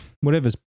whatever's